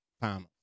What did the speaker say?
finals